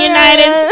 United